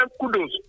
kudos